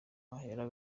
bahera